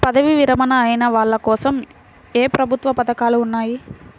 పదవీ విరమణ అయిన వాళ్లకోసం ఏ ప్రభుత్వ పథకాలు ఉన్నాయి?